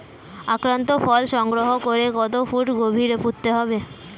আক্রান্ত ফল সংগ্রহ করে কত ফুট গভীরে পুঁততে হবে?